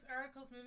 articles